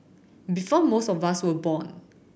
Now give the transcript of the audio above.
before most of us were born